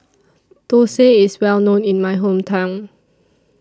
Thosai IS Well known in My Hometown